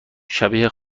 شبیه